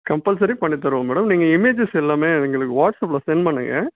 compulsory பண்ணித் தருவோம் madam நீங்கள் இமேஜஸ் எல்லாம் எங்களுக்கு வாட்ஸ்அப்பில் சென்ட் பண்ணுங்கள்